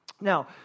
Now